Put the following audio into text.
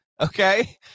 okay